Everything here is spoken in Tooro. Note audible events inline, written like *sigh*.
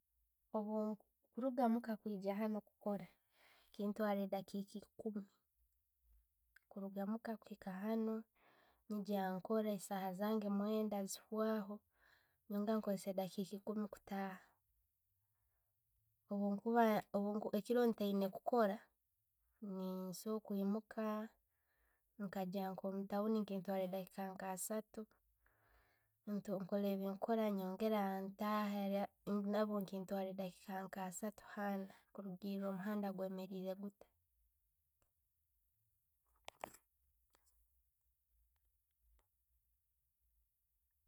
Obwo, Kuruga Muka kwijja hano kukora, kintwara eddakiika nka ekuumi. Kuruga muka kwiika hanu, ngya nkora esaaha zange mwenda, ziwaho. Nyongera nkozessa edakiika ekuumi kutaha. Obunkuba, ekiro ntaine kukora, nisombora kwiimuka nkagya nko mutawuni nekintwara edakiika nka asaatu, *unintelligible* nkola byekukora nyongera ntaaha nabwo nekintwara edaakika nka assatu kurugiira omuhanda gwemereire gutta.